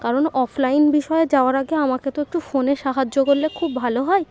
কারণ অফলাইন বিষয়ে যাওয়ার আগে আমাকে তো একটু ফোনে সাহায্য করলে খুব ভালো হয়